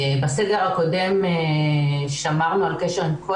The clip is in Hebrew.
בסגר הקודם שמרנו על קשר טלפוני עם כל